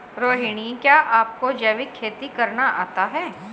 रोहिणी, क्या आपको जैविक खेती करना आता है?